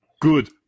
Good